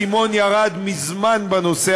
כבוד השר,